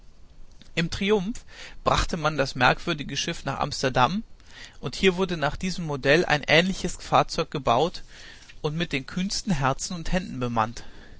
im triumph brachte man das merkwürdige schiff nach amsterdam und hier wurde nach diesem modell ein ähnliches fahrzeug gebaut und mit den kühnsten herzen und händen bemannt